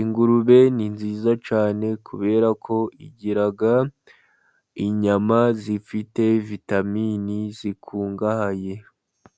Ingurube ni nziza cyane, kubera ko igira inyama zifite vitaminini zikungahaye.